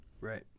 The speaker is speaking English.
Right